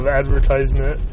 advertisement